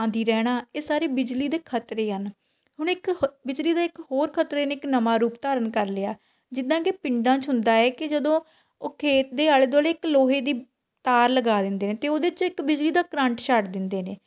ਆਉਂਦੀ ਰਹਿਣਾ ਇਹ ਸਾਰੇ ਬਿਜਲੀ ਦੇ ਖਤਰੇ ਹਨ ਹੁਣ ਇੱਕ ਹ ਬਿਜਲੀ ਦਾ ਇੱਕ ਹੋਰ ਖਤਰੇ ਨੇ ਇੱਕ ਨਵਾਂ ਰੂਪ ਧਾਰਨ ਕਰ ਲਿਆ ਜਿੱਦਾਂ ਕਿ ਪਿੰਡਾਂ 'ਚ ਹੁੰਦਾ ਏ ਕਿ ਜਦੋਂ ਉਹ ਖੇਤ ਦੇ ਆਲ਼ੇ ਦੁਆਲ਼ੇ ਇੱਕ ਲੋਹੇ ਦੀ ਤਾਰ ਲਗਾ ਦਿੰਦੇ ਨੇ ਅਤੇ ਉਹਦੇ 'ਚ ਇੱਕ ਬਿਜਲੀ ਦਾ ਕਰੰਟ ਛੱਡ ਦਿੰਦੇ ਨੇ